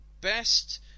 best